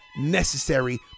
necessary